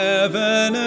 Heaven